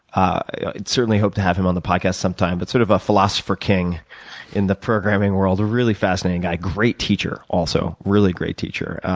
ah certainly hope to have him on the podcast sometime, but certainly sort of a philosopher king in the programming world. really fascinating guy. great teacher also. really great teacher.